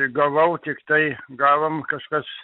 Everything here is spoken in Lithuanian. gavau tiktai gavom kažkas